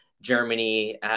Germany